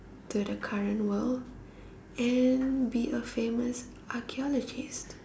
to the current world and be a famous archaeologist